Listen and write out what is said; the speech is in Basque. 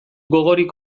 gogorik